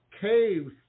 caves